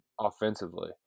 offensively